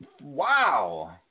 Wow